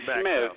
Smith